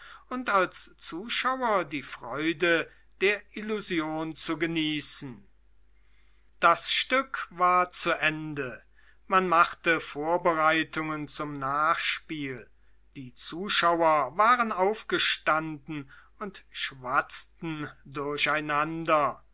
und als zuschauer die freude der illusion zu genießen das stück war zu ende man machte vorbereitungen zum nachspiel die zuschauer waren aufgestanden und schwatzten durcheinander